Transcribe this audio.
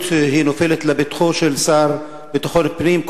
היא נופלת לפתחו של השר לביטחון פנים.